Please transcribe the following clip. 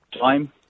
Time